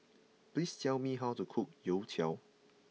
please tell me how to cook Youtiao